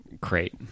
Great